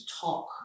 talk